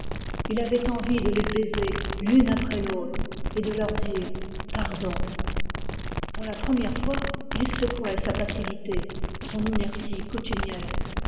il avait envie de les baiser l'une après l'autre et de leur dire pardon pour la première fois il secouait sa passivité coutumière